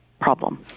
problem